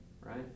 right